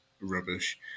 rubbish